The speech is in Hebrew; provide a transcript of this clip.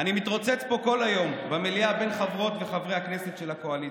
אני מתרוצץ פה כל היום במליאה בין חברות וחברי הכנסת של הקואליציה,